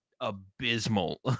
abysmal